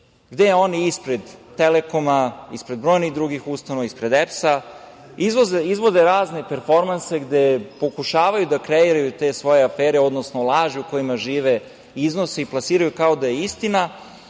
gde oni ispred „Telekoma“, ispred brojnih drugih ustanova, ispred EPS, izvode razne performanse gde pokušavaju da kreiraju te svoje afere, odnosno laži u kojima žive. Iznose i plasiraju kao da je istina